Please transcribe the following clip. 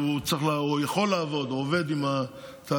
והוא יכול לעבוד או עובד עם התאגיד,